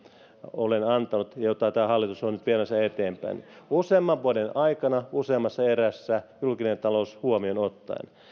olen antanut ja jota tämä hallitus on nyt viemässä eteenpäin useamman vuoden aikana useammassa erässä huomioon ottaen julkisen